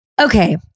Okay